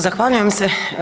Zahvaljujem se.